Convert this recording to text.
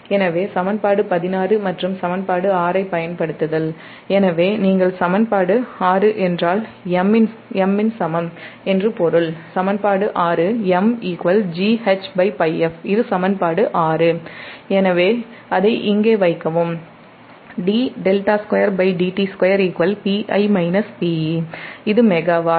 எனவே சமன்பாடு 16 மற்றும் சமன்பாடு 6 ஐப் பயன்படுத்துதல் எனவே நீங்கள் சமன்பாடு 6 என்றால் M சமம் என்று பொருள் சமன்பாடு 6 M GHπf இதுசமன்பாடு 6 எனவே அதை இங்கே வைக்கவும் இது மெகாவாட்